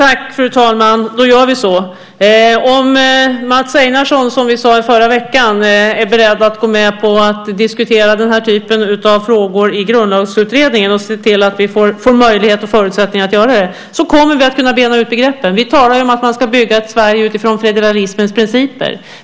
Fru talman! Om Mats Einarsson, som vi sade i förra veckan, är beredd att gå med på att diskutera denna typ av frågor i Grundlagsutredningen och se till att vi får möjlighet och förutsättning att göra det kommer vi att kunna bena ut begreppen. Vi talar om att man ska bygga ett Sverige utifrån federalismens principer.